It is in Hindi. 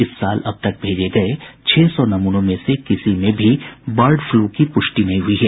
इस साल अब तक भेजे गये छह सौ नमूनों में से किसी में भी बर्ड फलू की पुष्टि नहीं हुई है